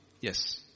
Yes